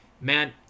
man